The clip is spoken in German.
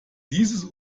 dieses